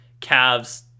Cavs